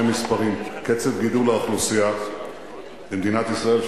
מספרים: קצב גידול האוכלוסייה במדינת ישראל,